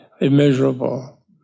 immeasurable